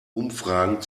umfragen